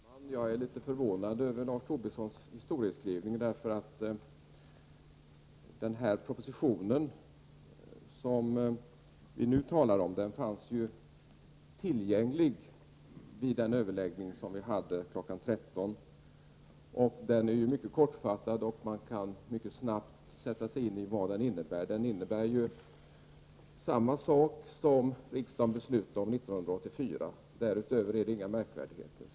Herr talman! Jag är litet förvånad över Lars Tobissons historieskrivning. Den proposition som vi nu talar om fanns nämligen tillgänglig vid den över läggning som vi hade kl. 13.00. Propositionen är mycket kortfattad, och man kan mycket snabbt sätta sig in i vad den innebär. Den innebär samma saker som riksdagen beslutade om 1984, därutöver är det inga märkvärdigheter.